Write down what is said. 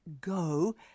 go